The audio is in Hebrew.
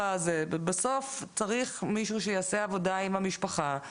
בסוף צריך מישהו שיעשה עבודה עם המשפחה,